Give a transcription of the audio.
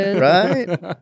right